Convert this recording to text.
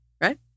right